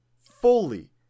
fully